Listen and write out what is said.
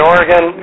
Oregon